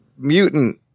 mutant